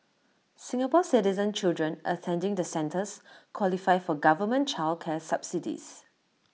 Singapore Citizen children attending the centres qualify for government child care subsidies